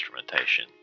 instrumentation